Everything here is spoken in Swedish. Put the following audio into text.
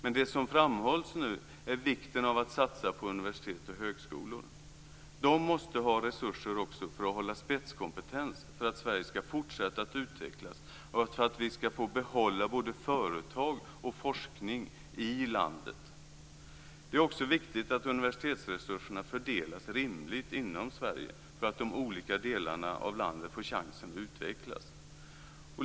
Men det som nu framhålls är vikten av att satsa på universitet och högskolor. De måste ha resurser också för att hålla spetskompetens för att Sverige ska fortsätta att utvecklas och för att vi ska få behålla både företag och forskning i landet. Det är också viktigt att universitetsresurserna fördelas rimligt inom Sverige så att de olika delarna av landet får chansen att utvecklas.